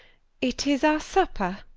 it is our supper.